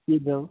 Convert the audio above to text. କି ଜବ୍